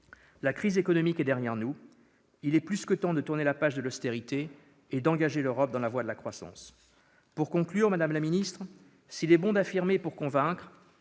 La crise économique est derrière nous : il est plus que temps de tourner la page de l'austérité et d'engager l'Europe dans la voie de la croissance. Madame la ministre, s'il est bon d'affirmer pour convaincre,